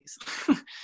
please